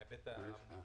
בעיקר מן ההיבט הטכני.